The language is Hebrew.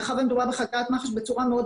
מאחר שמדובר בחקירת מח"ש - בצורה מאוד